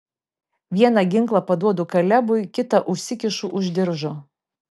vieną ginklą paduodu kalebui kitą užsikišu už diržo